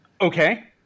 Okay